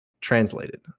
translated